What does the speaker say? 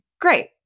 Great